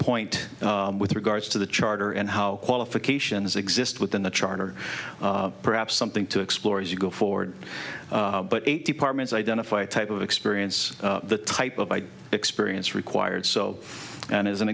point with regards to the charter and how qualifications exist within the charter perhaps something to explore as you go forward but eight departments identify a type of experience the type of my experience required so and as an